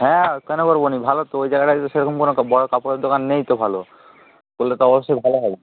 হ্যাঁ কেন পারব না ভালো তো ওই জায়গাটায় তো সেরকম কোনো বড় কাপড়ের দোকান নেই তো ভালো করলে তো অবশ্যই ভালো হবে